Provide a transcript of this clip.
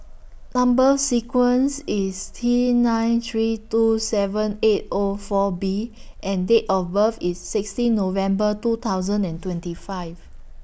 Number sequence IS T nine three two seven eight O four B and Date of birth IS sixteen November two thousand and twenty five